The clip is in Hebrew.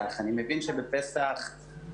אני מבינה שעדיין אין שום ארכה למעסיקים.